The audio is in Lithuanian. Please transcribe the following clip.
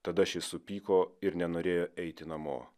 tada šis supyko ir nenorėjo eiti namo